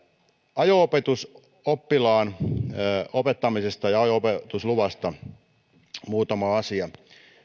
ajo opetusoppilaan opettamisesta ja ajo opetusluvasta muutama asia